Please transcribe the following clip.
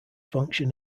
function